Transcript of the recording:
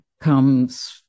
comes